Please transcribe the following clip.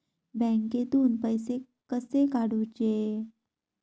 बँकेतून पैसे कसे काढूचे?